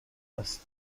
است